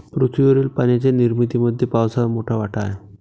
पृथ्वीवरील पाण्याच्या निर्मितीमध्ये पावसाचा मोठा वाटा आहे